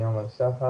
אני עומר שחר,